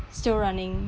still running